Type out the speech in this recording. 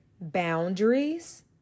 boundaries